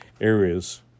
Areas